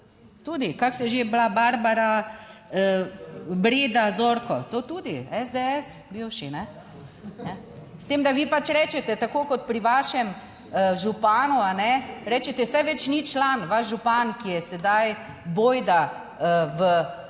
tudi. Kako se je že bila? Barbara … Breda Zorko. To tudi SDS bivši, ne. S tem, da vi pač rečete tako kot pri vašem županu, a ne, rečete, saj več ni član vaš župan, ki je sedaj bojda v postopku